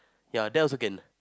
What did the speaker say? ya that also can